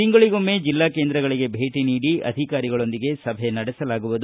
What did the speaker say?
ತಿಂಗಳಗೊಮ್ಮೆ ಜಿಲ್ಲಾ ಕೇಂದ್ರಗಳಗೆ ಭೇಟಿ ನೀಡಿ ಅಧಿಕಾರಿಗಳೊಂದಿಗೆ ಸಭೆ ನಡೆಸಲಾಗುವುದು